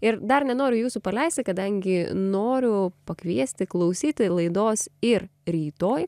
ir dar nenoriu jūsų paleisti kadangi noriu pakviesti klausyti laidos ir rytoj